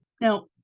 now